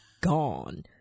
gone